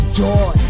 joy